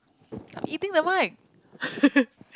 I'm eating the mic